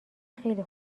خیلی